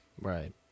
Right